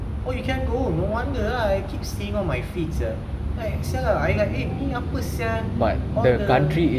oh you can go no wonder I keep seeing on my feed sia like [sial] ah ni apa sia all the